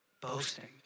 Boasting